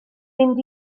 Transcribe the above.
mynd